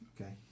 Okay